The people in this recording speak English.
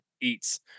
eats